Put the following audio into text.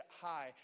high